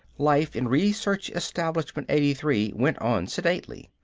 life in research establishment eighty three went on sedately.